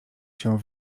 się